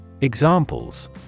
Examples